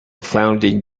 founding